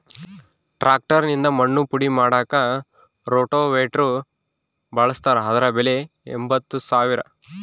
tractor ನಿಂದ ಮಣ್ಣು ಪುಡಿ ಮಾಡಾಕ ರೋಟೋವೇಟ್ರು ಬಳಸ್ತಾರ ಅದರ ಬೆಲೆ ಎಂಬತ್ತು ಸಾವಿರ